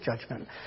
judgment